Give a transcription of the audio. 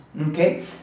okay